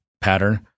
pattern